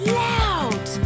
loud